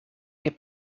heb